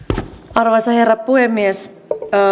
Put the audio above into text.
arvoisa herra puhemies